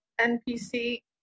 NPC